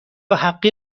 حقی